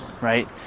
right